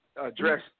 address